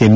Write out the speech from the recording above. M